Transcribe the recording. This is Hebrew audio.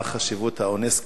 מה החשיבות של אונסק"ו,